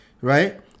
right